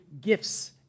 gifts